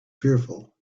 fearful